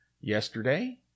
yesterday